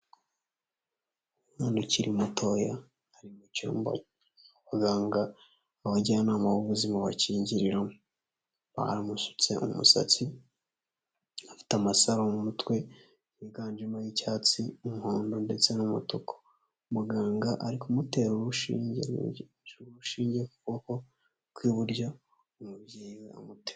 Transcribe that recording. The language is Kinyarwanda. Umwana ukiri mutoya ari mu cyumba abaganga n'abajyanama b'ubuzima bakingiriramo. Baramusutse umusatsi, afite amasaro mu mutwe higanjemo y'icyatsi umuhondo ndetse n'umutuku. Muganga ari kumutera urushinge kuboko kw'iburyo, umubyeyi we amuteruye.